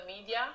media